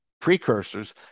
Precursors